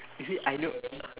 you see I know